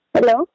Hello